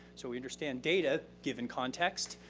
so we understand data, given context,